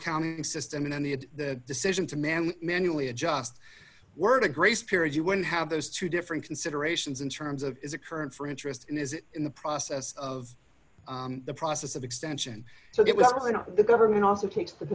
accounting system and the the decision to man manually adjust word a grace period you would have those two different considerations in terms of is a current for interest in is it in the process of the process of extension so it was not the government also takes the